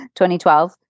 2012